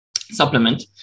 supplement